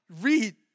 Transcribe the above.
read